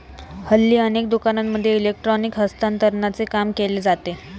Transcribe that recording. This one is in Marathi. हल्ली अनेक दुकानांमध्ये इलेक्ट्रॉनिक हस्तांतरणाचे काम केले जाते